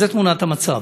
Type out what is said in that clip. זו תמונת המצב.